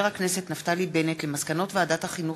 נפתלי בנט על מסקנות ועדת החינוך,